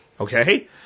Okay